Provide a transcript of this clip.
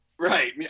Right